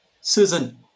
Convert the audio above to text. Susan